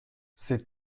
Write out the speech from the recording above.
ces